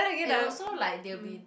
and also like they will be